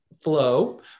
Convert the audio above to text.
flow